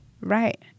Right